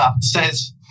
says